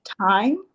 time